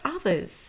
others